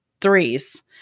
threes